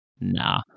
Nah